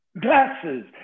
Glasses